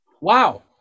Wow